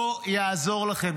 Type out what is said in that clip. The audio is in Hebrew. לא יעזור לכם.